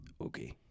Okay